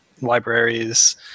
libraries